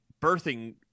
birthing